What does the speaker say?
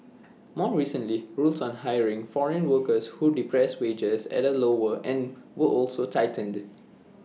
more recently rules on hiring foreign workers who depress wages at the lower end were also tightened